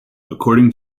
according